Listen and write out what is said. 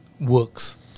works